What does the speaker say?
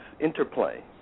interplay